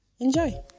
enjoy